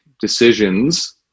decisions